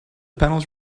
panels